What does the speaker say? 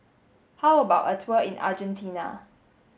how about a tour in Argentina